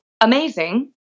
amazing